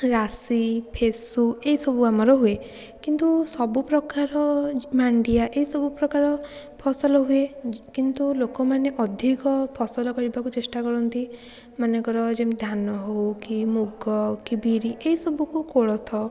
ରାଶି ଫେଶୁ ଏଇ ସବୁ ଆମର ହୁଏ କିନ୍ତୁ ସବୁପ୍ରକାର ମାଣ୍ଡିଆ ଏଇ ସବୁପ୍ରକାର ଫସଲ ହୁଏ ଯ କିନ୍ତୁ ଲୋକମାନେ ଅଧିକ ଫସଲ କରିବାକୁ ଚେଷ୍ଟା କରନ୍ତି ମନେକର ଯେମିତି ଧାନ ହେଉକି ମୁଗ କି ବିରି ଏଇ ସବୁକୁ କୋଳଥ